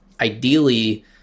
ideally